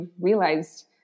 realized